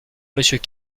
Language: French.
monsieur